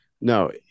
No